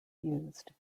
used